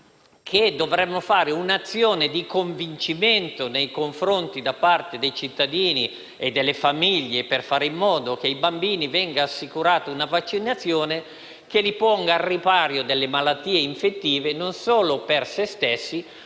che dovremmo fare un'azione di convincimento nei confronti dei cittadini e delle famiglie per fare in modo che ai bambini venga assicurata una vaccinazione che li ponga al riparo dalle malattie infettive non solo per se stessi,